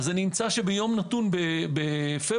אמצא שביום נתון בפברואר,